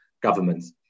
governments